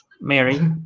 Mary